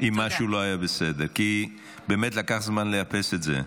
אם משהו לא היה בסדר, כי לקח זמן לאפס את זה.